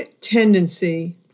tendency